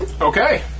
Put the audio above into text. Okay